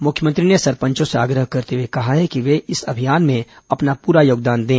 मुख्यमंत्री ने सरपंचों से आग्रह करते हुए कहा है कि वे इस अभियान में अपना पूरा योगदान दें